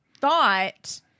thought